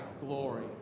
glory